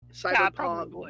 Cyberpunk